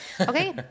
Okay